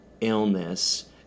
illness